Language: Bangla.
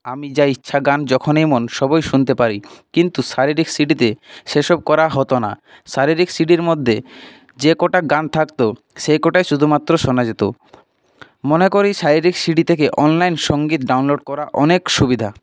আমি যা ইচ্ছা গান যখনই মন সবই শুনতে পারি কিন্তু শারীরিক সি ডিতে সেসব করা হতো না শারীরিক সি ডির মধ্যে যে কটা গান থাকতো সেকটাই শুধুমাত্র শোনা যেতো মনে করি শারীরিক সি ডি থেকে অনলাইন সঙ্গীত ডাউনলোড করা অনেক সুবিধা